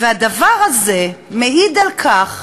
והדבר הזה מעיד על כך